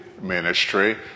ministry